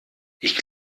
ich